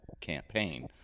campaign